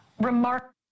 Remark